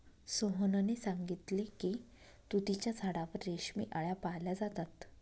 सोहनने सांगितले की तुतीच्या झाडावर रेशमी आळया पाळल्या जातात